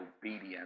obedience